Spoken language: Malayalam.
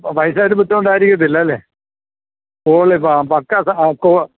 അപ്പം പൈസ ഒര് ബുദ്ധിമുട്ടായിരിക്കത്തില്ല അല്ലെ പൊളി സാധനം പക്കാ സാ കോവ്